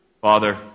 Father